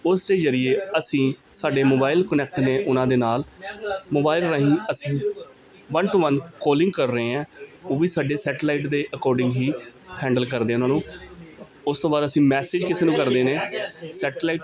ਉਸ ਦੇ ਜਰੀਏ ਅਸੀਂ ਸਾਡੇ ਮੋਬਾਇਲ ਕੁਨੈਕਟ ਨੇ ਉਹਨਾਂ ਦੇ ਨਾਲ ਮੋਬਾਇਲ ਰਾਹੀਂ ਅਸੀਂ ਵੰਨ ਟੂ ਵੰਨ ਕੋਲਿੰਗ ਕਰ ਰਹੇ ਐ ਉਹ ਵੀ ਸਾਡੇ ਸੈਟਲਾਈਟ ਦੇ ਅਕੋਰਡਿੰਗ ਹੀ ਹੈਂਡਲ ਕਰਦੇ ਉਹਨਾਂ ਨੂੰ ਉਸ ਤੋਂ ਬਾਅਦ ਅਸੀਂ ਮੈਸੇਜ ਕਿਸੇ ਨੂੰ ਕਰਦੇ ਨੇ ਸੈਟਲਾਈਟ